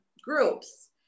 groups